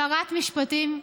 שרת משפטים,